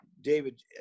David